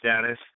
status